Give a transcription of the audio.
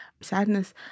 Sadness